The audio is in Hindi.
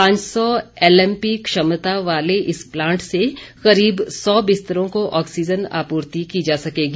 पांच सौ एलएमपी क्षमता वाले इस प्लांट से करीब सौ बिस्तरों को ऑक्सीजन आपूर्ति की जा सकेगी